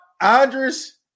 Andres